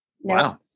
Wow